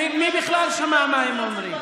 מי בכלל שמע מה הם אומרים?